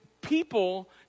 People